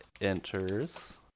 enters